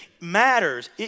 matters